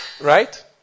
right